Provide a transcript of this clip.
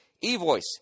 E-voice